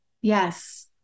Yes